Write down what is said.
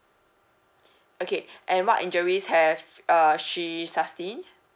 okay and what injuries have uh she sustained